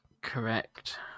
Correct